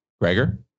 Gregor